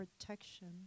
protection